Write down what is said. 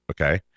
Okay